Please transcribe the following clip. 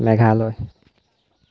Meghalaya